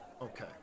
Okay